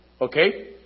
Okay